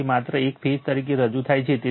તેથી આ માત્ર એક ફેઝ તરીકે રજૂ થાય છે